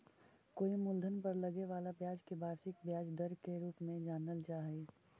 कोई मूलधन पर लगे वाला ब्याज के वार्षिक ब्याज दर के रूप में जानल जा हई